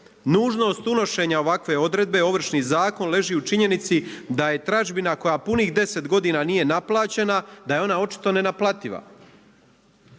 Nužnost unošenja ovakve odredbe Ovršni zakon leži u činjenici da je tražbina koja punih deset godina nije naplaćena da je ona očito nenaplativa.